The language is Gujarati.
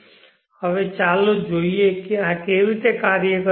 હવે ચાલો જોઈએ કે આ કેવી રીતે કાર્ય કરે છે